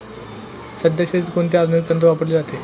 सध्या शेतीत कोणते आधुनिक तंत्र वापरले जाते?